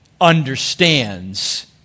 understands